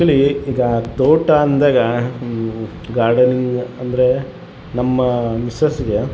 actually ಈಗ ತೋಟ ಅಂದಾಗ ಗಾರ್ಡನಿಂಗ್ ಅಂದರೆ ನಮ್ಮ ಮಿಸ್ಸಸ್ಗೆ